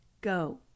go